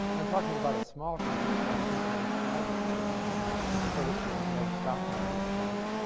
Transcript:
i'm talking about a small company, so i'm thinking of a private company for which there's no stock market price.